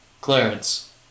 Clarence